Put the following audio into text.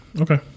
Okay